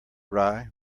rye